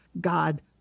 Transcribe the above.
God